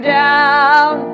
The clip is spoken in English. down